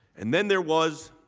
and then there was